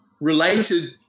related